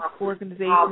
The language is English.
organizations